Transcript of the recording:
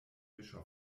bischof